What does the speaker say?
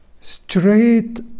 straight